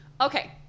Okay